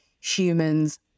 humans